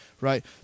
right